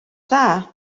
dda